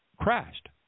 crashed